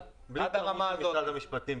בלי --- של משרד המשפטים.